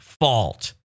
fault